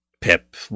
pip